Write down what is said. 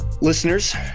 Listeners